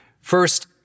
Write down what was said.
First